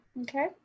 Okay